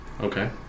Okay